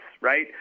right